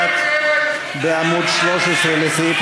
1 בעמוד 13 לסעיף